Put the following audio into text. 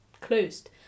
closed